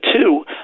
two